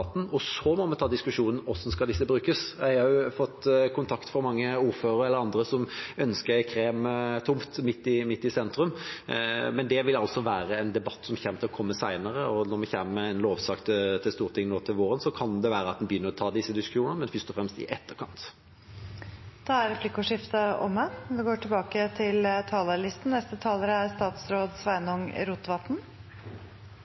og så må vi ta diskusjonen om hvordan disse skal brukes. Jeg er blitt kontaktet av ordførere og andre som ønsker en kremtomt midt i sentrum, men det vil være en debatt som vil komme senere. Når vi kommer med en lovsak til Stortinget nå til våren, kan det være at en begynner å ta disse diskusjonene, men først og fremst i etterkant. Replikkordskiftet er omme. 2020 har vore eit viktig år for kulturmiljøfeltet. Regjeringa har lagt fram stortingsmeldinga Nye mål i kulturmiljøpolitikken – engasjement, bærekraft og mangfold – som komiteen er